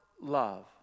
love